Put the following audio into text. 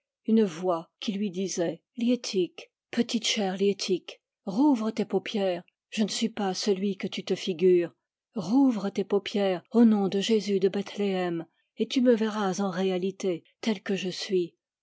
une voix qui lui disait liettik petite chère liettik rouvre tes paupières je ne suis pas celui que tu te figures rouvre tes paupières au nom de jésus debethléem et tu me verras en réalité tel que je suis